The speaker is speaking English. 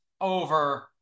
over